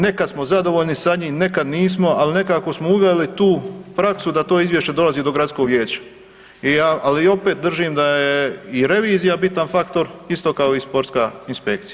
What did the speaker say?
Nekad smo zadovoljni sa njim, nekad nismo, ali nekako smo uveli tu praksu da to izvješće dolazi do gradskog vijeća i ja, ali opet, držim da je i revizija bitan faktor isto tako i sportska inspekcija.